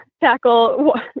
tackle